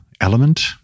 element